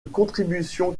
contribution